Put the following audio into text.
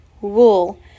wool